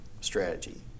strategy